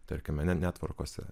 tarkime ne netvorkuose